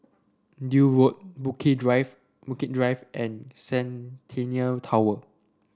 Deal Road Bukit Drive Bukit Drive and Centennial Tower